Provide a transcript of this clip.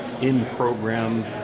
in-program